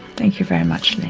thank you very much lynne.